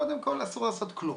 קודם כל, אסור לעשות כלום.